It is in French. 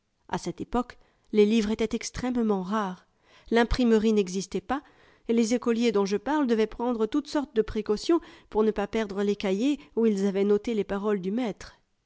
a cette époque les livres étaient extrêmement rares l'imprimerie n'existait pas et les écoliers dont je parle devaient prendre toutes sortes de précautions pour ne pas perdre les cahiers où ils avaient noté les paroles du maître